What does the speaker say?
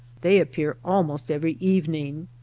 they appear almost every evening.